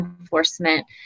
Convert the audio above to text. enforcement